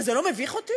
מה, זה לא מביך אותי?